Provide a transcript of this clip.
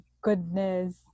goodness